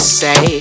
say